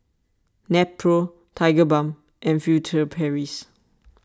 Nepro Tigerbalm and Furtere Paris